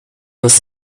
was